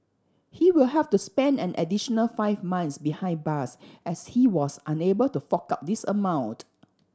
he will have to spend an additional five months behind bars as he was unable to fork out this amount